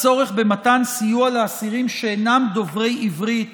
הצורך במתן סיוע לאסירים שאינם דוברי עברית